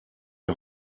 die